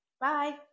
bye